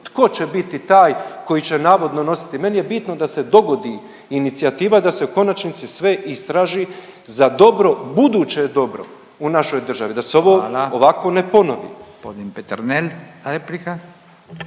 tko će biti taj koji će navodno nositi. Meni je bitno da se dogodi inicijativa, da se u konačnici sve istraži za dobro buduće dobro u našoj državi, da se ovo ovako ne ponovi.